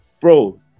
bro